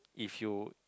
if you